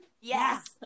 Yes